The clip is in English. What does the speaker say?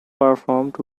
performed